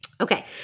Okay